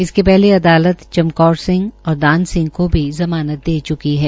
इससे पहले चमकौर सिंह और दान सिंह को भी ज़मानत दे चुकी है